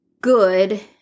good